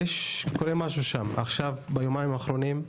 קורה משהו שם ביומיים האחרונים.